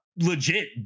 legit